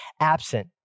absent